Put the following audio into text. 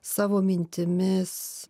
savo mintimis